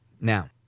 Now